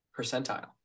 percentile